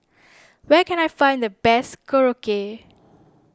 where can I find the best Korokke